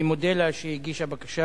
אני מודה לה שהיא הגישה בקשה.